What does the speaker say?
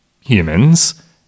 humans